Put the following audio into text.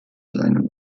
seinem